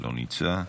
לא נמצא,